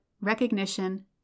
recognition